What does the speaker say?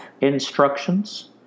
instructions